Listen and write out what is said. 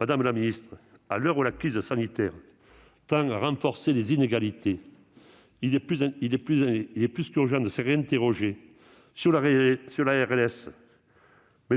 Madame la ministre, à l'heure où la crise sanitaire tend à renforcer les inégalités, il est urgent de s'interroger sur la RLS et